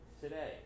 today